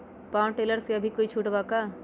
Power tiller पर अभी कोई छुट बा का?